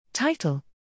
Title